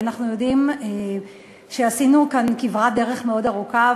אנחנו יודעים שעשינו כאן כברת דרך מאוד ארוכה,